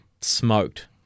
smoked